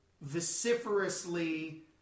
vociferously